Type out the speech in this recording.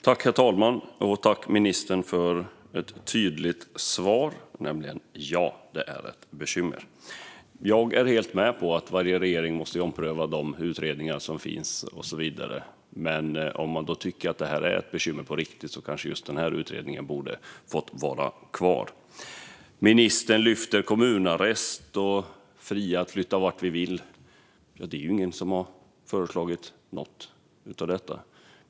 Herr talman! Jag tackar ministern för ett tydligt svar: Ja, det är ett bekymmer. Jag är helt med på att varje regering måste ompröva de utredningar som finns, men om man på riktigt tycker att det här är ett bekymmer borde kanske just denna utredning ha fått vara kvar. Ministern nämner kommunarrest och säger att man är fri att flytta vart man vill. Det är ingen som har förslagit något sådant.